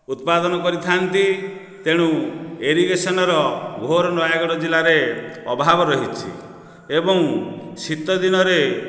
ଉତ୍ପାଦନ କରିଥାନ୍ତି ତେଣୁ ଏରିଗେସନ୍ର ଘୋର୍ ନୟାଗଡ଼ ଜିଲ୍ଲାରେ ଅଭାବ ରହିଛି ଏବଂ ଶୀତ ଦିନରେ